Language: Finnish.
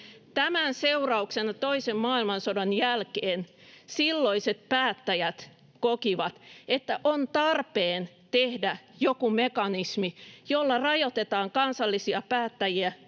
Tämän seurauksena toisen maailmansodan jälkeen silloiset päättäjät kokivat, että on tarpeen tehdä joku mekanismi, jolla rajoitetaan kansallisia päättäjiä